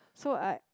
so I